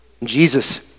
Jesus